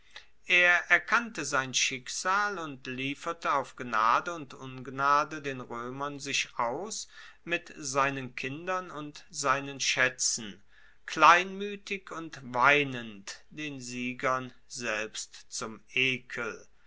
er erkannte sein schicksal und lieferte auf gnade und ungnade den roemern sich aus mit seinen kindern und seinen schaetzen kleinmuetig und weinend den siegern selbst zum ekel